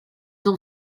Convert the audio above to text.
ont